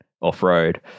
off-road